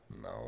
no